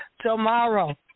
tomorrow